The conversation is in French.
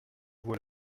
vois